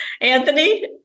Anthony